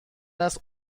است